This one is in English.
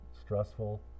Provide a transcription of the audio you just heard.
stressful